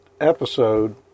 episode